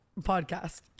podcast